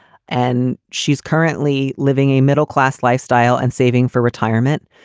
and she's currently living a middle class lifestyle and saving for retirement.